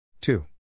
Two